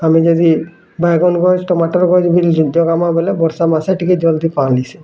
ଆମେ ଯଦି ବାଇଗନ୍ ଗଛ୍ ଟମାଟୋର ଗଛ୍ ବୋଲେ ବର୍ଷା ମାସେ ଟିକେ ଜଲ୍ଦି କଅଁଲି ଆସେ